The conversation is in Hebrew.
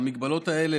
ההגבלות האלה,